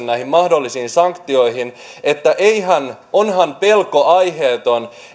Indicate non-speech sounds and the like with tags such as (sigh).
(unintelligible) näihin mahdollisiin sanktioihin että onhan pelko aiheeton